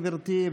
גברתי,